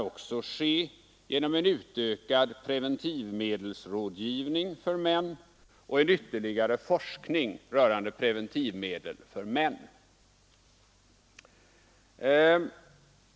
och även genom utökad preventivmedelsrådgivning för män och ytterligare forskning rörande preventivmedel för män.